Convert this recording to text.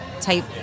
type